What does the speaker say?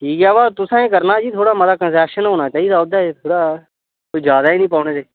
ठीक ऐ ब तुसें गै करना जी थोड़ा मता कन्सेशन होना चाहिदा ओह्दे च थोड़ा कोई ज्यादा ही निं पौने